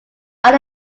are